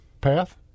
path